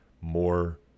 more